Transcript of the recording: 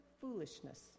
foolishness